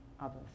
others